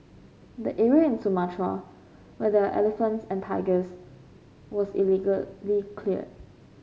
the area in Sumatra where there elephants and tigers was illegally clear